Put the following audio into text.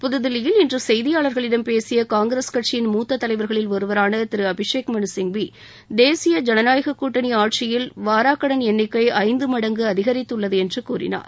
புது தில்லியில் இன்று செய்தியாளர்களிடம் பேசிய காங்கிரஸ் கட்சியின் மூத்த தலைவர்களில் ஒருவரான திரு அபிஷேக் மனு சிங்வி தேசிய ஜனநாயக கூட்டிணி ஆட்சியில் வராக்கடன் எண்ணிக்கை ஐந்து மடங்கு அதிகரித்துள்ளது என்று கூறினார்